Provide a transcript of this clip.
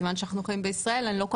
ומכיוון שאנחנו חיים בישראל אני לא כל